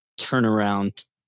turnaround